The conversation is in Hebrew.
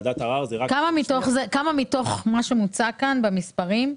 מתוך מה שמוצע כאן במספרים,